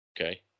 Okay